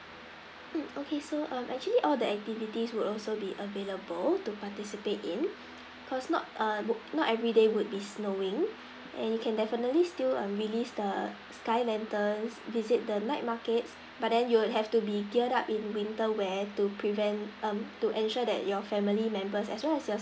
um okay so mm he actually all the activities would also be available to participate in cause not err not every day would be snowing and you can definitely still err release the sky lanterns visit the night markets but then you would have to be geared up in winter wear to prevent um to ensure that your family members as well as